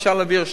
אפשר להעביר לשם.